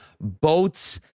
boats